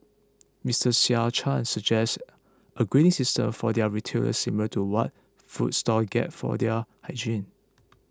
Mister Sean Chan suggests a grading system for their retailers similar to what food stalls get for their hygiene